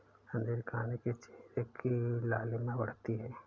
अंजीर खाने से चेहरे की लालिमा बढ़ती है